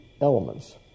elements